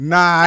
Nah